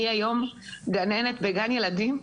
אני היום גננת בגן ילדים,